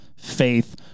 faith